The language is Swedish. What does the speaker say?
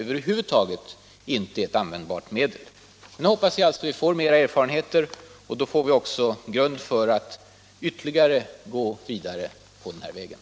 Var det för få yrken med, eller berodde det på att de gamla fördomarna